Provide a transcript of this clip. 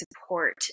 support